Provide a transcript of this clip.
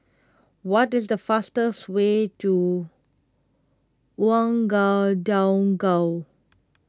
what is the fastest way to Ouagadougou